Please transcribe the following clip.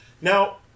Now